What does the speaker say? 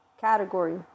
category